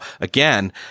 again